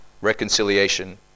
reconciliation